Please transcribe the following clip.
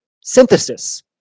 synthesis